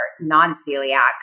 non-celiac